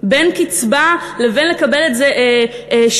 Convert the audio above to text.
בין קצבה לבין לקבל את זה כשירותים,